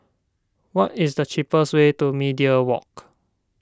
what is the cheapest way to Media Walk